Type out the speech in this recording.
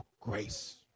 grace